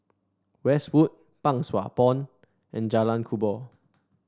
Westwood Pang Sua Pond and Jalan Kubor